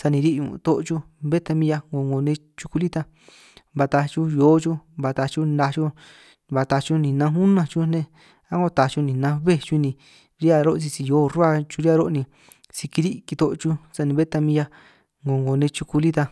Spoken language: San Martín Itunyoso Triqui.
sani ri' ñun' too' xuj, bé ta min 'hiaj 'ngo 'ngo nej xuku lí ta ba taaj xuj hio xuj ba taaj xuj naj xuj ba taaj xuj ni nanj unanj xuj nej, a'ngo taaj xuj ni nanj béj xuj ni ri'hia ro' sisi hio rruhua xuj ri'hia ro', ni si kiri' kitoo' xuj sani bé ta min 'hiaj 'ngo 'ngo nej chuku lí ta.